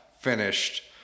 finished